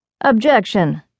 Objection